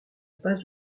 pas